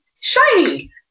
shiny